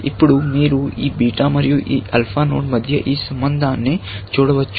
ఇప్పుడు మీరు ఈ బీటా మరియు ఈ ఆల్ఫా నోడ్ మధ్య ఈ సంబంధాన్ని చూడవచ్చు